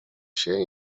się